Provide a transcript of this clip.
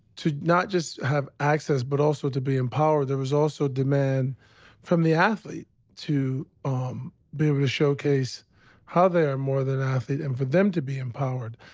to not just have access but also to be empowered, there was also demand from the athlete to um be able to showcase how they are more than an athlete and for them to be empowered.